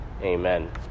amen